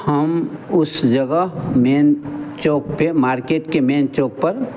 हम उस जगह मेन चौक पर मार्केट के मेन चौक पर